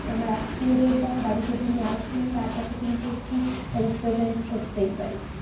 আমার আত্মীয়দের বা বাড়িতে যিনি আসবেন তার কাছে কিন্তু একটি রিপ্রেজেন্ট করতেই পারি